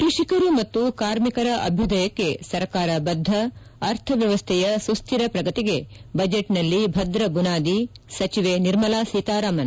ಕೃಷಿಕರು ಮತ್ತು ಕಾರ್ಮಿಕರ ಅಭ್ಯುದಯಕ್ಕೆ ಸರ್ಕಾರ ಬದ್ದ ಅರ್ಥವ್ಯವಸ್ಥೆಯ ಸುಸ್ವಿರ ಪ್ರಗತಿಗೆ ಬಜೆಟ್ನಲ್ಲಿ ಭದ್ರ ಬುನಾದಿ ಸಚಿವೆ ನಿರ್ಮಲಾ ಸೀತಾರಾಮನ್